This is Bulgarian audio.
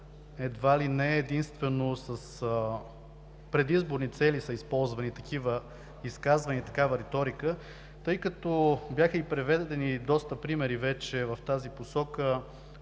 едва ли не единствено с предизборни цели са използвани такива изказвания, такава риторика, тъй като вече бяха приведени и доста примери в тази посока.